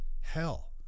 hell